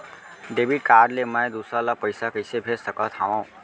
Debit card ले मैं दूसर ला पइसा कइसे भेज सकत हओं?